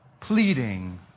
pleading